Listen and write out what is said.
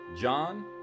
John